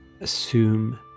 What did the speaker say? Assume